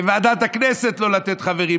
בוועדת הכנסת לא נתנו חברים,